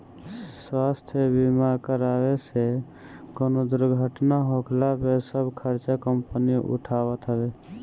स्वास्थ्य बीमा करावे से कवनो दुर्घटना होखला पे सब खर्चा कंपनी उठावत हवे